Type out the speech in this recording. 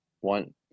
One